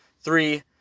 three